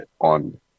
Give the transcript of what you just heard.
on